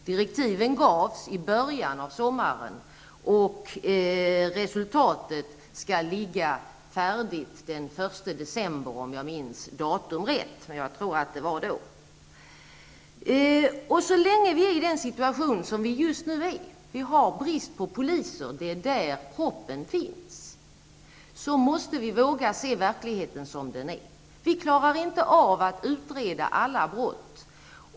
Direktiven gavs i början av sommaren, och resultatet skall vara färdigt den 1 december, om jag minns rätt. Så länge som det råder brist på poliser -- det är där proppen finns -- måste vi våga se verkligen sådan den är. Vi klarar inte av att utreda alla brott.